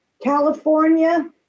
California